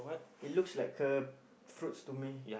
it looks like a fruits to me